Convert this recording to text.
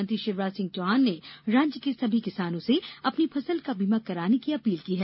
मुख्यमंत्री शिवराज सिंह चौहान ने राज्य के सभी किसानों से अपनी फसल का बीमा कराने की अपील की है